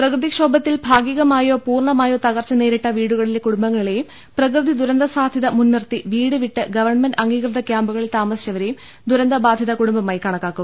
പ്രകൃതിക്ഷോഭത്തിൽ ഭാഗികമായോ പൂർണ്മായോ തകർച്ച നേരിട്ട വീടുകളിലെ കുടുംബങ്ങളെയും പ്രകൃതി ദുരന്ത സാധ്യത മുൻനിർത്തി വീട് വിട്ട് ഗവൺമെന്റ് അംഗീകൃത കൃാമ്പുകളിൽ താമസിച്ചവരേയും ദുരന്തബാധിത കൂടുംബമായി കണക്കാക്കും